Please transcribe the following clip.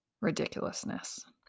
ridiculousness